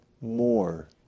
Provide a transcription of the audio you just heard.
more